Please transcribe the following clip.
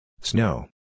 Snow